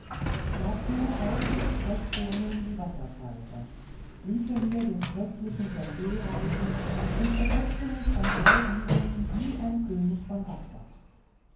dazu rauchte ich recht vornehm die wasserpfeife ließe mir den köstlichen sorbet reichen und ergötzte mich an all diesem wie ein könig von bagdad